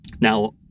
Now